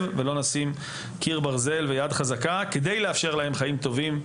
ולא נשים קיר ברזל ויד חזקה כדי לאפשר להם חיים טובים,